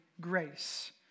grace